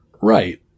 Right